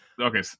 Okay